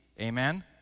Amen